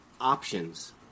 options